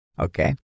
okay